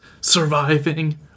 surviving